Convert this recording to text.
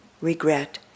regret